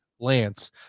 lance